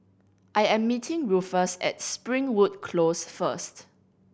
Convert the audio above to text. I am meeting Rufus at Springwood Close first